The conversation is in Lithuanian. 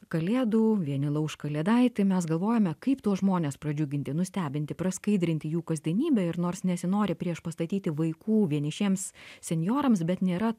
kalėdų vieni lauš kalėdaitį mes galvojame kaip tuos žmones pradžiuginti nustebinti praskaidrinti jų kasdienybę ir nors nesinori priešpastatyti vaikų vienišiems senjorams bet nėra